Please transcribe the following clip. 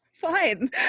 fine